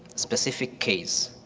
specific case.